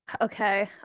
okay